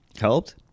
helped